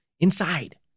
Inside